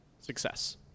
success